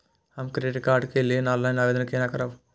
हम credit card के लेल ऑनलाइन आवेदन केना करब?